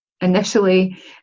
initially